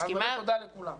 אז באמת תודה לכולם.